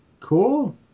Cool